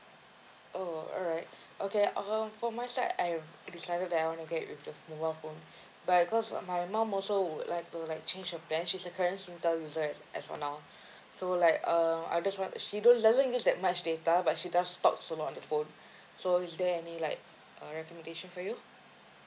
oh alright okay um for my side I've decided that I want to get with the mobile phone but because my mum also would like to like change her plan she's a current Singtel user as for now so like um I just want she don't doesn't use that much data but she does talks a lot on the phone so is there any like uh recommendation for you